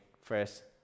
first